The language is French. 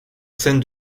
scène